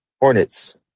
Hornets